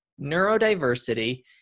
neurodiversity